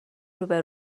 روبه